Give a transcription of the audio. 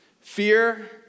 Fear